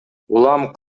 улам